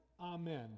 amen